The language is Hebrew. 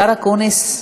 השר אקוניס,